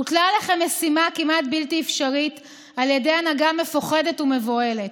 הוטלה עליכם משימה כמעט בלתי אפשרית על ידי הנהגה מפוחדת ומבוהלת,